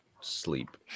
Sleep